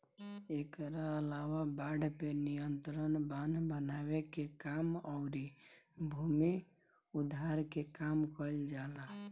एकरा अलावा बाढ़ पे नियंत्रण, बांध बनावे के काम अउरी भूमि उद्धार के काम कईल जाला